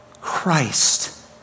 Christ